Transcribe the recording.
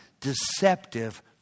deceptive